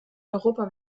europa